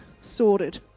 Sorted